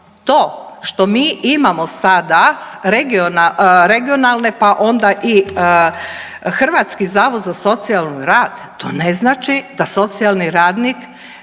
to što mi imamo sada regionalne, pa onda i Hrvatski zavod za socijalni rad, to ne znači da socijalni radnik